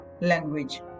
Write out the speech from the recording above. language